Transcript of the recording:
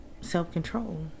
self-control